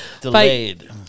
delayed